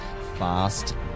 Fast